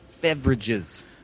Beverages